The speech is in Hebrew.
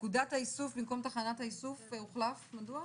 נקודת האיסוף במקום תחנת האיסוף, הוחלף, מדוע?